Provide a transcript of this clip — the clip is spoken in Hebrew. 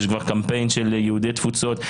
יש כבר קמפיין של יהודי התפוצות.